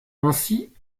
ainsi